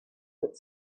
but